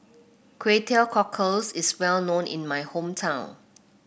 Kway Teow Cockles is well known in my hometown